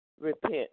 repent